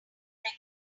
bring